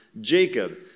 Jacob